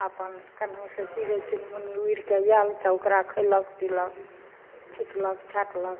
अपन केनाहुँ सँ चिड़य चुनमुनी उड़ि कऽ आयल तऽ ओकरा खयलक पिलक छिटलक छाँटलक